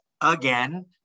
again